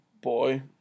Boy